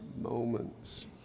moments